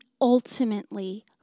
ultimately